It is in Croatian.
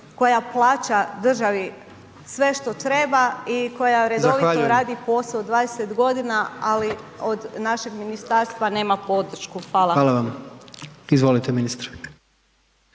koja plaća državi sve što treba i koja redovito radi posao 20 godina, ali od našeg ministarstva nema podršku. Hvala. **Jandroković, Gordan